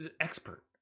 expert